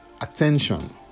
attention